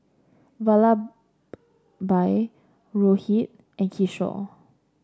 Vallabhbhai Rohit and Kishore